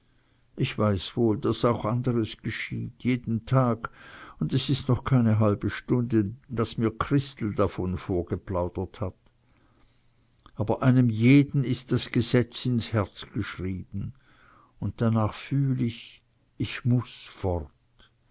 ich weiß wohl daß auch anderes geschieht jeden tag und es ist noch keine halbe stunde daß mir christel davon vorgeplaudert hat aber einem jeden ist das gesetz ins herz geschrieben und danach fühl ich ich muß fort